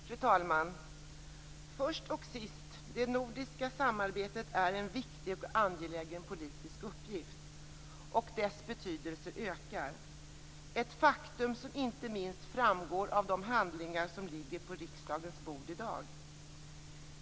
Fru talman! Först som sist; det nordiska samarbetet är en viktig och angelägen politisk uppgift, och dess betydelse ökar. Ett faktum som inte minst framgår av de handlingar som ligger på riksdagens bord i dag.